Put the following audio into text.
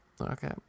Okay